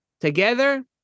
together